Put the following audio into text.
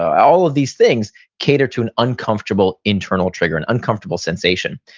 all of these things cater to an uncomfortable internal trigger, an uncomfortable sensation.